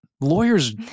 lawyers